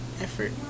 effort